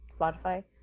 Spotify